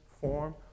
form